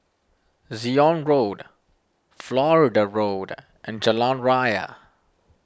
Zion Road Florida Road and Jalan Raya